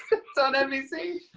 it's on nbc.